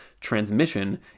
transmission